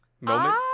moment